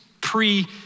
pre